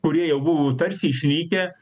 kurie jau buvo tarsi išnykę